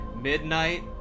midnight